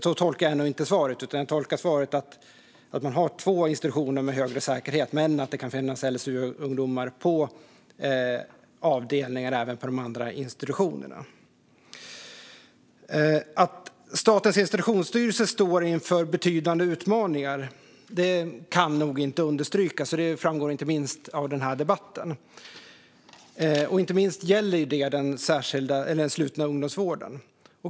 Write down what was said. Så tolkar jag inte svaret, utan jag tolkar det som att man har två institutioner med högre säkerhet men att det kan finnas LSU-ungdomar på avdelningar även på andra institutioner. Att Statens institutionsstyrelse står inför betydande utmaningar kan inte nog understrykas; det framgår inte minst av den här debatten. Detta gäller inte minst den slutna ungdomsvården.